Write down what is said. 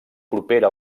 propera